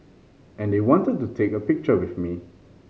and they wanted to take a picture with me